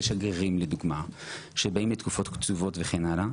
שגרירים שבאים לקבוצות קצובות לדוגמה,